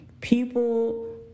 People